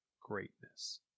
greatness